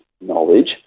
knowledge